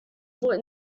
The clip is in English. foot